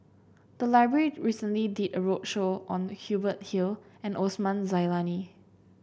the library recently did a roadshow on Hubert Hill and Osman Zailani